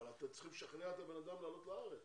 אבל אתם צריכים לשכנע את הבן אדם לעלות לארץ.